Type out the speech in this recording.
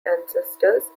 ancestors